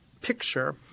picture –